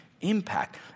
impact